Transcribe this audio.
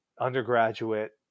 undergraduate